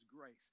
grace